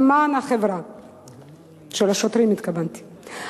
של השוטרים התכוונתי,